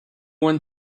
one